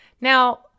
Now